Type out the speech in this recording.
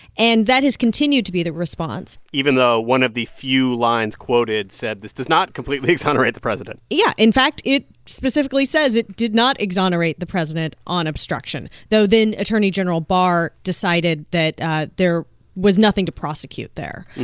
and that has continued to be the response even though one of the few lines quoted said this does not completely exonerate the president yeah. in fact, it specifically says it did not exonerate the president on obstruction, though then attorney general barr decided that ah there was nothing to prosecute there.